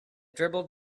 dribbled